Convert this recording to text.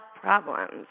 problems